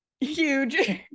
Huge